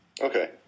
Okay